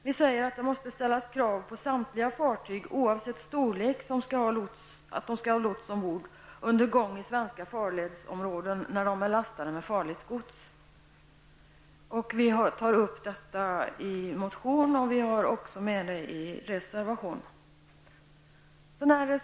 Vi säger att det måste ställas krav på samtliga fartyg oavsett storlek att ha lots ombord under gång i svenska farledsområden när de är lastade med farligt gods. Vi tar upp detta i en motion och i en reservation.